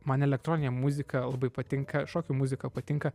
man elektroninė muzika labai patinka šokių muzika patinka